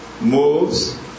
moves